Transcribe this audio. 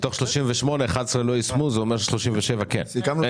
מתוך 38 11 לא יישמו וזה אומר ש-27 כן יישמו.